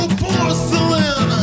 porcelain